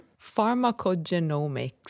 pharmacogenomics